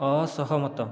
ଅସହମତ